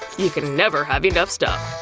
you can never have enough stuff.